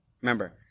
remember